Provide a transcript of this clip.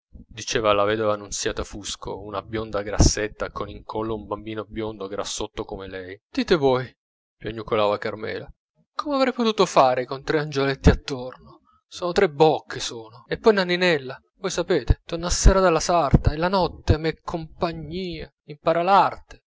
diceva alla vedova nunziata fusco una bionda grassetta con in collo un bambino biondo grassotto come lei dite voi piagnucolava carmela come avrei potuto fare con tre angioletti attorno sono tre bocche sono e poi nanninella voi sapete torna a sera dalla sarta e la notte m'è compagnia impara l'arte